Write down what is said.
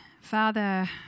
Father